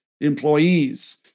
employees